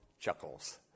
chuckles